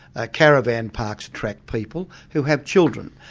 ah caravan parks attract people who have children,